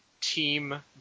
team